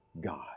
God